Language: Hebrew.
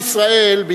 עם ישראל,